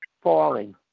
falling